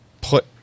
put